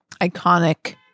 iconic